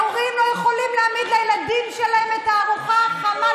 הורים לא יכולים להעמיד לילדים שלהם את הארוחה החמה,